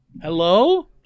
Hello